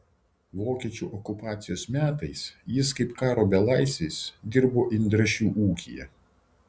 vokiečių okupacijos metais jis kaip karo belaisvis dirbo indrašių ūkyje